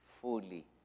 fully